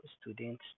students